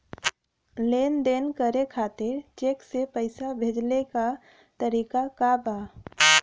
लेन देन करे खातिर चेंक से पैसा भेजेले क तरीकाका बा?